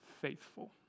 faithful